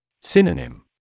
Synonym